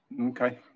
okay